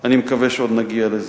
אני מקווה שעוד נגיע לזה.